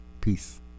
Peace